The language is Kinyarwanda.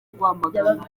rwamagana